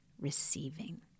receiving